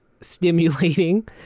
stimulating